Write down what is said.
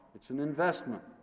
it's an investment.